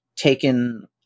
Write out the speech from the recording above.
Taken